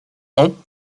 ans